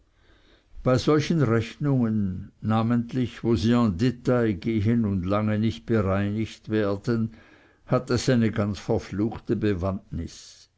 bei solchen rechnungen namentlich wo sie en dtail gehen und lange nicht bereinigt werden hat es eine ganz verfluchte bewandtnis